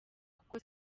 kuko